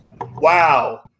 Wow